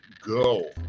go